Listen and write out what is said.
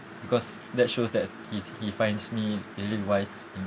because that shows that he he finds me really wise in